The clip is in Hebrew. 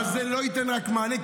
אבל זה לא ייתן רק מענה,